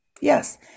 Yes